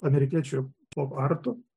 amerikiečių pop artu